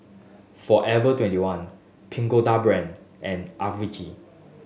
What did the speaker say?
Forever Twenty one Pagoda Brand and Acuvue